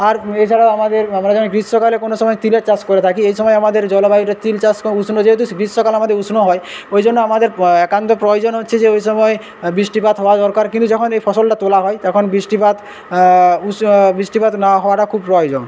আর এছাড়া আমাদের আমাদের গ্রীষ্মকালে কোন সময় তিলের চাষ করে থাকি এই সময় আমাদের জলবায়ুটা তিল চাষ উষ্ণ যেহেতু গ্রীষ্মকাল আমাদের উষ্ণ হয় ওইজন্য আমাদের একান্ত প্রয়োজনীয় হচ্ছে যে ওই সময় বৃষ্টিপাত হওয়া দরকার কিন্তু যখন এই ফসলটা তোলা হয় তখন বৃষ্টিপাত উষ্ণ বৃষ্টিপাত না হওয়াটা খুব প্রয়োজন